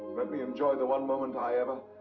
let me enjoy the one moment i ever.